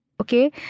Okay